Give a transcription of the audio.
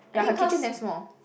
ya her kitchen damn small